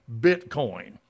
Bitcoin